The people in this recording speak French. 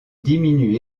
diminuent